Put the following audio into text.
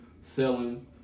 selling